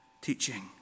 teaching